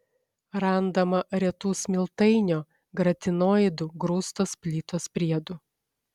randama retų smiltainio granitoidų grūstos plytos priedų